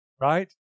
right